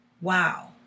Wow